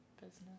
business